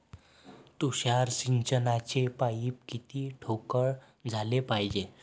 तुषार सिंचनाचे पाइप किती ठोकळ घ्याले पायजे?